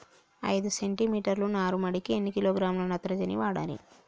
ఐదు సెంటి మీటర్ల నారుమడికి ఎన్ని కిలోగ్రాముల నత్రజని వాడాలి?